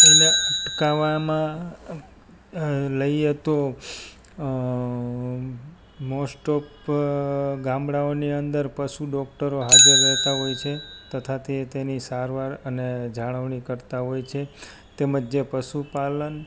એને અટકાવવામાં લઈએ તો મોસટોપ ગામડાઓની અંદર પશુ ડોકટરો હાજર રહેતા હોય છે તથા તે તેની સારવાર અને જાળવણી કરતાં હોય છે તેમજ પશુ પાલન